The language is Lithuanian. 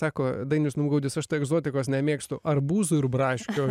sako dainius numgaudis aš tai egzotikos nemėgstu arbūzų ir braškių